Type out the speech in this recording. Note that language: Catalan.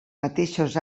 mateixos